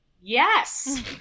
Yes